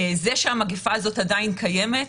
זה שהמגיפה עדיין קיימת,